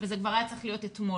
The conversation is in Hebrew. וזה כבר היה צריך להיות אתמול.